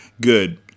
Good